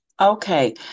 Okay